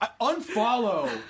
Unfollow